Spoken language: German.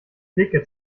clique